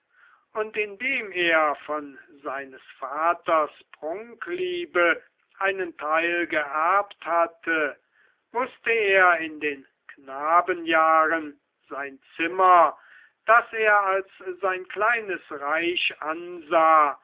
und indem er von seines vaters prunkliebe einen teil geerbt hatte wußte er in den knabenjahren sein zimmer das er als ein kleines reich ansah